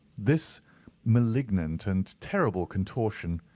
this malignant and terrible contortion,